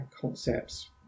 concepts